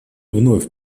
вновь